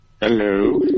Hello